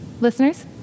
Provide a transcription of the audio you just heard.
listeners